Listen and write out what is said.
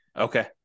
Okay